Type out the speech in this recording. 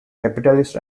capitalist